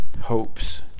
hopes